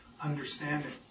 understanding